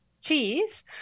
cheese